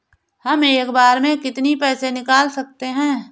हम एक बार में कितनी पैसे निकाल सकते हैं?